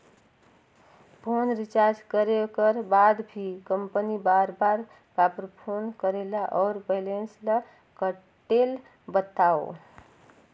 Phone recharge करे कर बाद भी कंपनी बार बार काबर फोन करेला और बैलेंस ल काटेल बतावव?